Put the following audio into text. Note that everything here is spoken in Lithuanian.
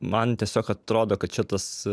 man tiesiog atrodo kad čia tas